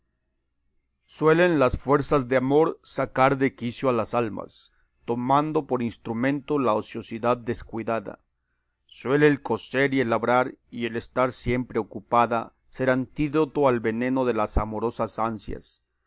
suelen las fuerzas de amor sacar de quicio a las almas tomando por instrumento la ociosidad descuidada suele el coser y el labrar y el estar siempre ocupada ser antídoto al veneno de las amorosas ansias